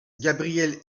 gabriel